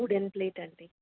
wooden plate అండి